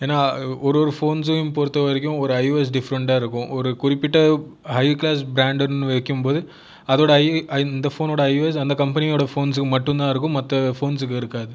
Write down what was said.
ஏன்னால் ஒரு ஒரு ஃபோன்ஸ்ஸும் பொறுத்த வரைக்கும் ஒரு ஐஓஎஸ் டிஃபரெண்டாக இருக்கும் ஒரு குறிப்பிட்ட ஹை கிளாஸ் பிராண்டட்னு வைக்கும்போது அதோட ஐ அந்த போனோடய ஐஓஎஸ் அந்த கம்பெனியோடய ஃபோன்ஸ்ஸுக்கு மட்டும் தான் இருக்கும் மற்ற போன்ஸ்ஸுக்கு இருக்காது